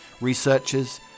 researchers